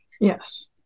yes